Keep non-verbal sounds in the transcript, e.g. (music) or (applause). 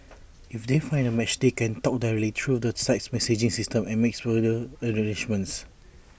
(noise) if they find A match they can talk directly through the site's messaging system and make further arrangements (noise)